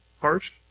harsh